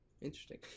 interesting